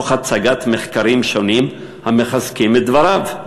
תוך הצגת מחקרים שונים המחזקים את דבריו.